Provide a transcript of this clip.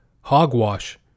hogwash